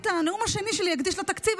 את הנאום השני שלי אני אקדיש לתקציב,